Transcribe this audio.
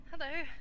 Hello